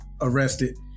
arrested